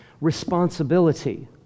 responsibility